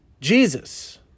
jesus